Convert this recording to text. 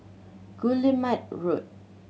Guillemard Road